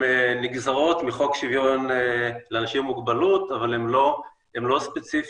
נגזרות מחוק שוויון לאנשים עם מוגבלות אבל הן לא ספציפיות.